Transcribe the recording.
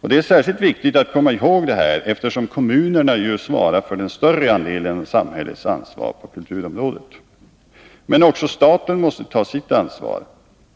Detta är särskilt viktigt att komma ihåg, eftersom kommunerna ju svarar för den större andelen av samhällets ansvar på kulturområdet. Men också staten måste ta sitt ansvar.